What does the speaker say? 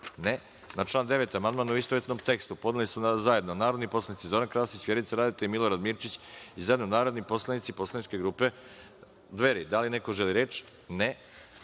(Ne)Na član 14. amandman, u istovetnom tekstu, podneli su zajedno narodni poslanici Zoran Krasić, Vjerica Radeta i Marina Ristić i zajedno narodni poslanici poslaničke grupe Dveri. Da li neko želi reč?